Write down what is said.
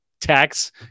tax